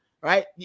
Right